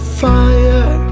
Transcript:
fire